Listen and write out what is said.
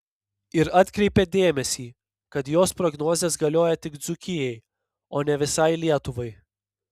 ir atkreipė dėmesį kad jos prognozės galioja tik dzūkijai o ne visai lietuvai